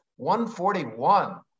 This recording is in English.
141